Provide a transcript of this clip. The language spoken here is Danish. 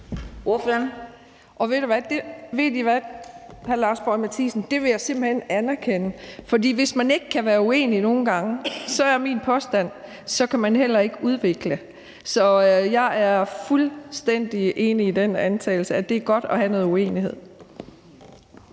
Ved De hvad, hr. Lars Boje Mathiesen, det vil jeg simpelt hen anerkende. For hvis man ikke kan være uenige nogle gange, er det min påstand, at så kan man heller ikke udvikle. Så jeg er fuldstændig enig i den betragtning, at det er godt at have noget uenighed.